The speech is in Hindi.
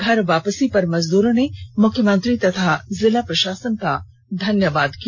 घर वापसी पर मजदूरों ने मुख्यमंत्री तथा जिला प्रशासन को धन्यवाद दिया